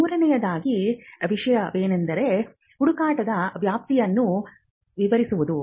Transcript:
ಮೂರನೆಯ ವಿಷಯವೆಂದರೆ ಹುಡುಕಾಟದ ವ್ಯಾಪ್ತಿಯನ್ನು ವಿವರಿಸುವುದು